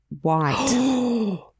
white